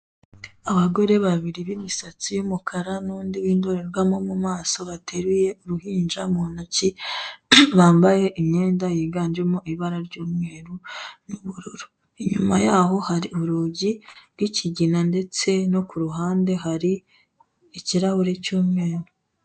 Abagore babiri b'imisatsi y'umukara n'undi w'indorerwamo mu maso bateruye uruhinja mu ntoki. Bambaye imyenda yiganjemo ibara ry'umweru n'ubururu. Inyuma yaho hari urugi rw'ikigina ndetse no ku ruhande hari ikirahure cy'umweru.